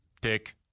Tick